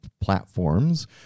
platforms